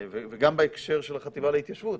גם בהקשר של החטיבה להתיישבות,